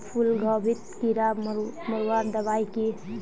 फूलगोभीत कीड़ा मारवार दबाई की?